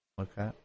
Okay